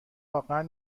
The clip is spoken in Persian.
واقعا